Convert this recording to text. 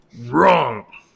wrong